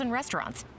restaurants